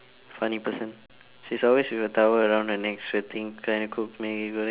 funny person she's always with a towel around her neck sweating trying to cook Maggi goreng